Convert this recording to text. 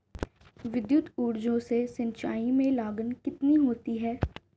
विद्युत ऊर्जा से सिंचाई में लागत कितनी होती है?